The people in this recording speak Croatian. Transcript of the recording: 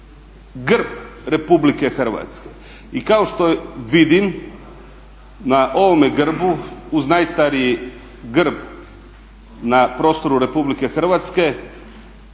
grb Republike Hrvatske. I kao što vidim, na ovome grbu uz najstariji grb na prostoru Republike Hrvatske